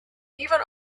even